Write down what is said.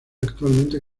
actualmente